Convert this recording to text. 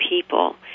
people